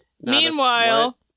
Meanwhile